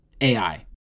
AI